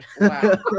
Wow